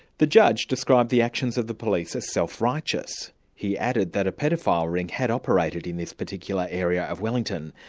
the judge described the actions of the police as self righteous. he added that a paedophile ring had operated in this particular area of wellington,